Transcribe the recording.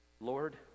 Lord